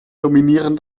dominieren